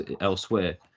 elsewhere